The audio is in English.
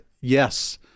yes